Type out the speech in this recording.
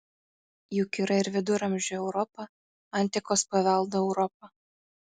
juk yra ir viduramžių europa antikos paveldo europa